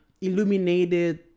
illuminated